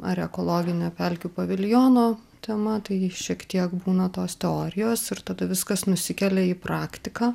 ar ekologinė pelkių paviljono tema taigi šiek tiek būna tos teorijos ir tada viskas nusikelia į praktiką